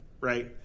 right